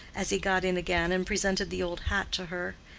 as he got in again and presented the old hat to her.